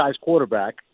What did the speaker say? quarterback